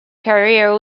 career